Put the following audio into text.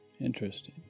interesting